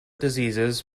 diseases